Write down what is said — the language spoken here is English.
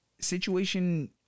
situation